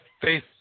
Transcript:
faith